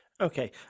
Okay